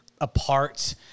apart